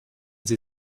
sie